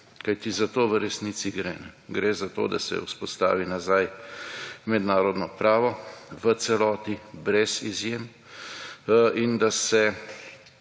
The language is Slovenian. kajti za to v resnici gre. Gre za to, da se vzpostavi nazaj mednarodno pravo v celoti brez izjem, in da se